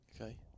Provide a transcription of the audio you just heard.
Okay